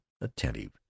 attentive